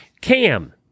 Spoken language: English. Cam